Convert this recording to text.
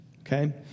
okay